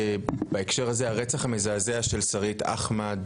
הרצח המזעזע של שרית אחמד,